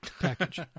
package